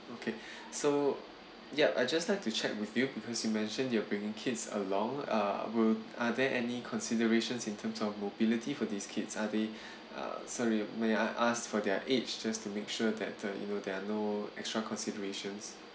okay so yup I'd just like to check with you because you mentioned you are bringing kids along err will are there any considerations in terms of mobility for these kids are the uh sorry may I asked for their age just to make sure that the you know there are no extra considerations